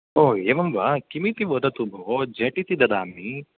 ओ एवं वा किमिति वदतु भोः झटिति ददामि